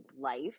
life